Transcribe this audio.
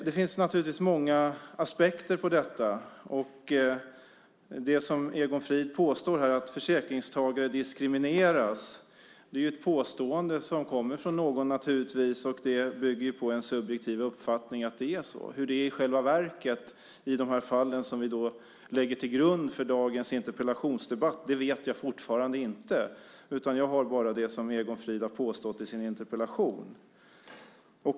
Det finns många aspekter på detta. Egon Frid påstår här att försäkringstagare diskrimineras. Det är ett påstående som kommer från någon, och det bygger på en subjektiv uppfattning att det är så. Hur det i själva verket är i de fall som vi lägger till grund för dagens interpellationsdebatt vet jag fortfarande inte, utan jag har bara det som Egon Frid har påstått i sin interpellation.